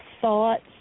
thoughts